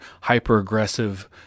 hyper-aggressive